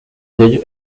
vieille